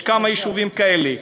יש כמה יישובים כאלה.